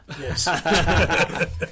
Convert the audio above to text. Yes